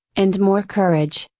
and more courage,